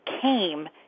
came